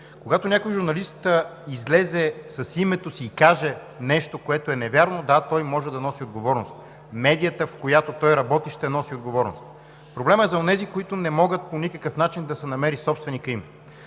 Когато някой журналист излезе с името си и каже нещо, което е невярно – да, той може да носи отговорност. Медията, в която той работи, ще носи отговорност. Проблемът е за онези, на които не може по никакъв начин да се намери собственикът им.